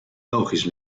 belgisch